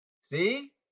See